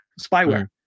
spyware